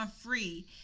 free